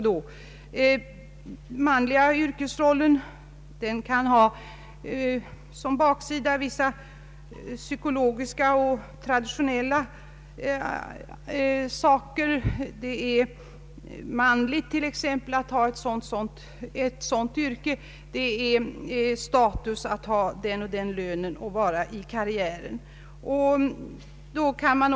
Den manliga yrkesrollen kan ha en viss psykologisk och traditionell sida: det är manligt att ha det och det yrket, det är status att ha den och den lönen och att vara i den och den karriären.